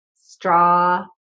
straw